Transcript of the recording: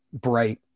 bright